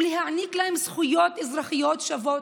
ולהעניק להם זכויות אזרחיות שוות